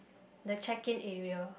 the check in area